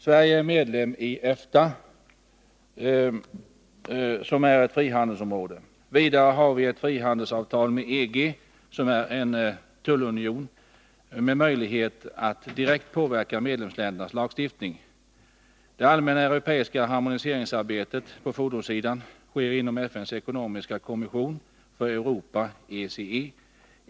Sverige är medlem i EFTA, som är ett frihandelsområde. Vidare har vi ett frihandelsavtal med EG, som är en tullunion med möjlighet att direkt påverka medlemsländernas lagstiftning. Det allmänna europeiska harmoniseringsarbetet på fordonssidan sker inom FN:s ekonomiska kommission för Europa .